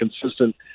consistent